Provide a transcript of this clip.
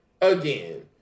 again